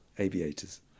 aviators